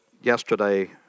yesterday